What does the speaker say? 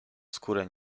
skórę